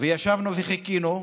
ישבנו וחיכינו,